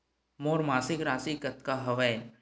मोर मासिक राशि कतका हवय?